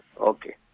Okay